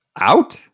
out